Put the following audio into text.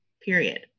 period